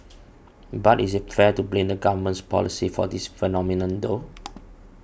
but is it fair to blame the government's policy for this phenomenon though